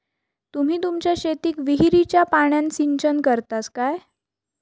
तुम्ही तुमच्या शेतीक विहिरीच्या पाण्यान सिंचन करतास काय?